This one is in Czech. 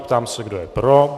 Ptám se, kdo je pro.